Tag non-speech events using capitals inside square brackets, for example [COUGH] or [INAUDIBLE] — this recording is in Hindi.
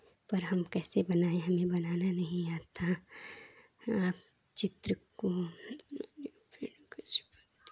पर हम कैसे बनाएं हमें बनाना नहीं आता है तो आप चित्र को कुछ [UNINTELLIGIBLE]